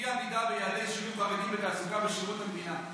אי-עמידה ביעדי שילוב חרדים בתעסוקה בשירות המדינה.